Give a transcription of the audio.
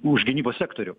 už gynybos sektorių